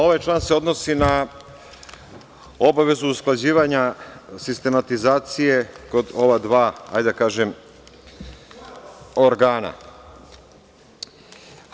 Ovaj član se odnosi na obavezu usklađivanja sistematizacije kod ova dva, hajde da kažem, organa.